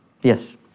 Yes